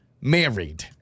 married